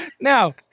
Now